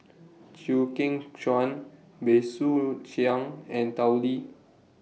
Chew Kheng Chuan Bey Soo Khiang and Tao Li